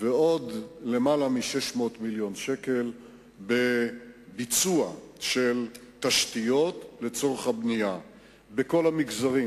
ועוד יותר מ-600 מיליון שקל בביצוע של תשתיות לצורך הבנייה בכל המגזרים,